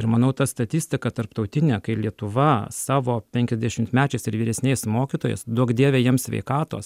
ir manau ta statistika tarptautinė kai lietuva savo penkiasdešimtmečiais ir vyresniais mokytojais duok dieve jiems sveikatos